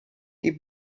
die